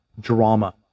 drama